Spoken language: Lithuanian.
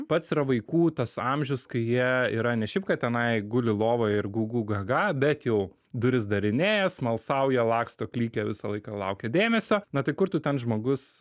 pats yra vaikų tas amžius kai jie yra ne šiaip kad tenai guli lovoje ir gūgū gaga bet jau duris darinėja smalsauja laksto klykia visą laiką laukia dėmesio na tai kur tu ten žmogus